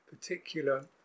particular